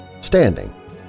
standing